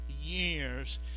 years